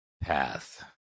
path